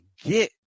get